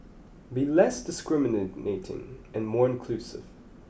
be less discriminating and more inclusive